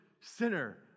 sinner